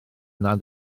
nad